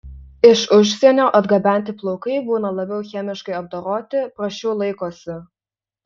iš užsienio atgabenti plaukai būna labiau chemiškai apdoroti prasčiau laikosi